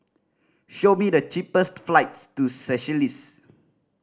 show me the cheapest flights to Seychelles